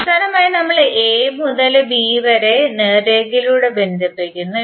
അവസാനമായി നമ്മൾ എ മുതൽ ബി വരെ നേർരേഖയിലൂടെ ബന്ധിപ്പിക്കുന്നു